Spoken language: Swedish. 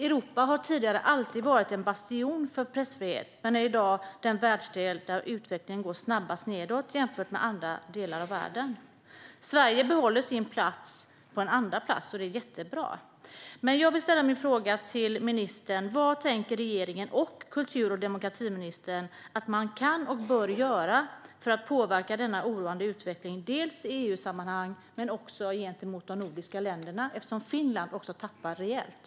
Europa har tidigare alltid varit en bastion för pressfrihet men är i dag den världsdel där det går snabbast nedåt jämfört med andra delar i världen. Sverige behåller sin andraplats, vilket är jättebra. Men jag har ändå en fråga till ministern: Vad tänker regeringen och kultur och demokratiministern att man kan och bör göra för att påverka denna oroande utveckling dels i EU-sammanhang, dels gentemot de nordiska länderna? Finland har ju tappat rejält.